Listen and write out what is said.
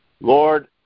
Lord